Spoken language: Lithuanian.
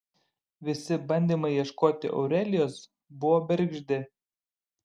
visi bandymai ieškoti aurelijos buvo bergždi